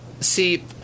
See